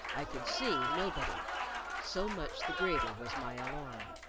i could see nobody so much the greater was my alarm.